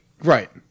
Right